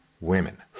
women